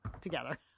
together